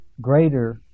greater